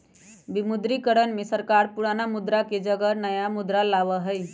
विमुद्रीकरण में सरकार पुराना मुद्रा के जगह नया मुद्रा लाबा हई